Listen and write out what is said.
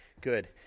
good